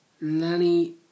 Lenny